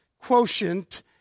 quotient